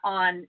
on